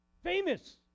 Famous